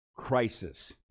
crisis